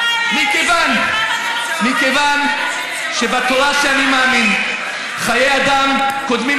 מכיוון שבתורה שאני מאמין חיי אדם קודמים